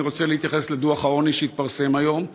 אני רוצה להתייחס לדוח העוני שהתפרסם היום.